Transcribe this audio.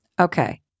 Okay